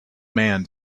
man